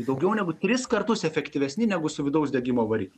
daugiau negu tris kartus efektyvesni negu su vidaus degimo varikliu